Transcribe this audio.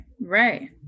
Right